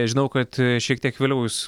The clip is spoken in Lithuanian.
žinau kad šiek tiek vėliau jūs